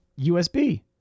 USB